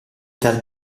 dal